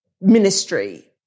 ministry